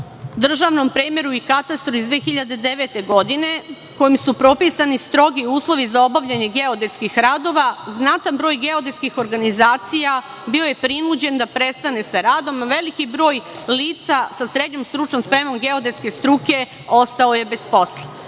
državnom premeru i katastru iz 2009. godine, kojim su propisani strogi uslovi za obavljanje geodetskih radova, znatan broj geodetskih organizacija bio je prinuđen da prestane sa radom, a veliki broj lica sa srednjom stručnom spremom geodetske struke ostao je bez posla.